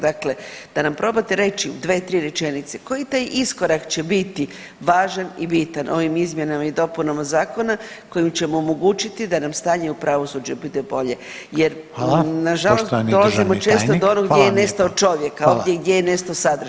Dakle, da nam probate reći u 2-3 rečenice koji taj iskorak će biti važan i bitan ovim izmjenama i dopunama zakona kojim ćemo omogućiti da nam stanje u pravosuđu bude bolje jer [[Upadica: Hvala.]] nažalost dolazimo [[Upadica: Poštovani državni tajnik.]] često do onog dijela gdje je nestao čovjek, a ovdje gdje je nestao sadržaj.